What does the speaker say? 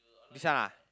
this one ah